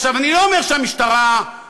עכשיו, אני לא אומר שהמשטרה מתעלמת.